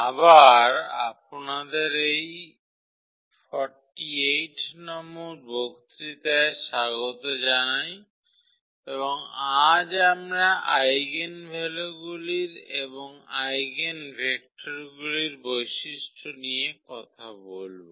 আবার আপনাদের এই 48 নম্বর বক্তৃতায় স্বাগত জানাই এবং আজ আমরা আইগেনভ্যালুগুলির এবং আইগেনভেক্টরগুলির বৈশিষ্ট্য নিয়ে কথা বলব